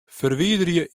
ferwiderje